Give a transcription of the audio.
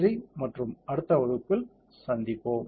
நன்றி மற்றும் அடுத்த தொகுதியில் சந்திப்போம்